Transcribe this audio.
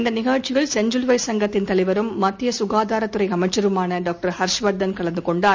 இந்தநிகழ்ச்சியில் செஞ்சிலுவை சங்கத்தின் தலைவரும் மத்தியசுகாதாரத்துறைஅமைச்சருமானடாக்டர் ஹர்ஷவர்தன் கலந்துகொண்டார்